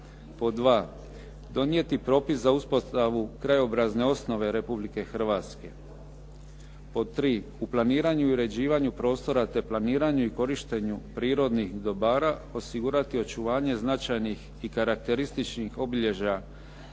2. donijeti propis za uspostavu krajobrazne osnove Republike Hrvatske, pod 3. u planiranju i uređivanju prostora te planiranju i korištenju prirodnih dobara osigurati očuvanje značajnih i karakterističnih obilježja